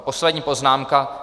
Poslední poznámka.